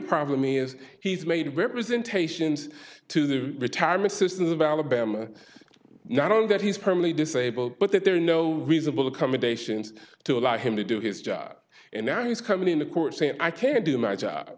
problem is he's made representations to the retirement system about the bam not on that he's probably disabled but that there are no reasonable accommodations to allow him to do his job and now he's coming in the court saying i can't do my job